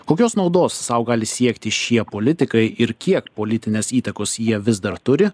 kokios naudos sau gali siekti šie politikai ir kiek politinės įtakos jie vis dar turi